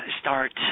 start